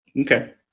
okay